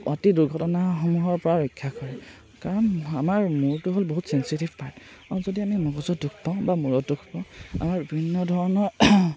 অতি দুৰ্ঘটনাসমূহৰ পৰা ৰক্ষা কৰে কাৰণ আমাৰ মূৰটো হ'ল বহুত চেন্সিটিভ পাৰ্ট আৰু যদি আমি মগজুত দুখ পাওঁ বা মূৰত দুখ পাওঁ আমাৰ বিভিন্ন ধৰণৰ